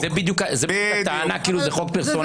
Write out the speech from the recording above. זו בדיוק הטענה, כאילו זה חוק פרסונלי.